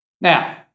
Now